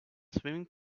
swimming